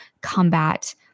combat